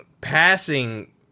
passing